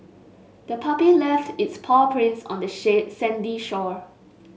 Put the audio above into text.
the puppy left its paw prints on the sandy shore